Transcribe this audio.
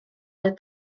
oedd